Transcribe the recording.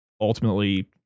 ultimately